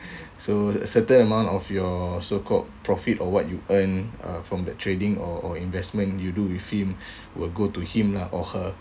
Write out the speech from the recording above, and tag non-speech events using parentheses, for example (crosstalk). (breath) so a certain amount of your so called profit or what you earn uh from that trading or or investment you do with him will go to him lah or her